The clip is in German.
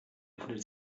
öffnet